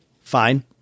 fine